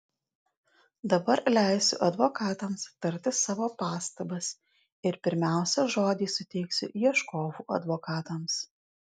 dabar leisiu advokatams tarti savo pastabas ir pirmiausia žodį suteiksiu ieškovų advokatams